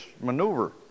maneuver